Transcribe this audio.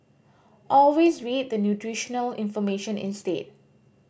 always read the nutritional information instead